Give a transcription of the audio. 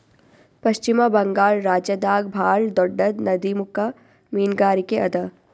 ಪಶ್ಚಿಮ ಬಂಗಾಳ್ ರಾಜ್ಯದಾಗ್ ಭಾಳ್ ದೊಡ್ಡದ್ ನದಿಮುಖ ಮೀನ್ಗಾರಿಕೆ ಅದಾ